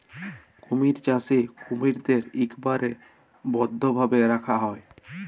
কুমির চাষে কুমিরদ্যার ইকবারে বদ্ধভাবে রাখা হ্যয়